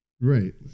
Right